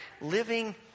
living